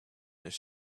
his